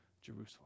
Jerusalem